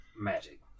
Magic